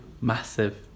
massive